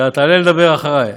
תעלה לדבר אחרי.